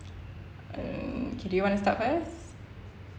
um okay do you wanna start first